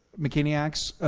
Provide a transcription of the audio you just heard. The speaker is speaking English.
mccainiacs,